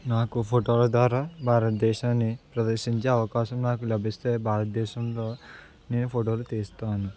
నాకు ఫోటోల ద్వారా భారతదేశాన్ని ప్రదర్శించే అవకాశం నాకు లభిస్తే భారతదేశంలో నేను ఫోటోలు తీస్తాను